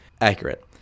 accurate